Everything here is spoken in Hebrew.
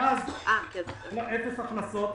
ומאז אפס הכנסות.